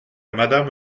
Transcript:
madame